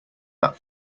that